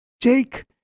Jake